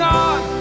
on